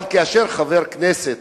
אבל כאשר חבר כנסת